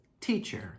Teacher